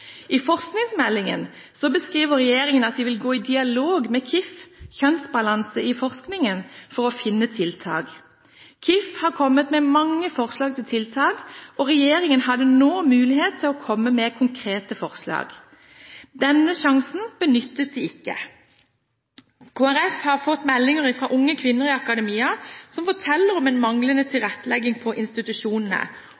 I forskningsmeldingen beskriver regjeringen at de vil gå i dialog med Kif – Komité for kjønnsbalanse i forskning – for å finne tiltak. Kif har kommet med mange forslag til tiltak, og regjeringen hadde nå mulighet til å komme med konkrete forslag. Denne sjansen benyttet den ikke. Kristelig Folkeparti har fått meldinger fra unge kvinner i akademia som forteller om manglende